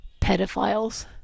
pedophiles